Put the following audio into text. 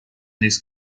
these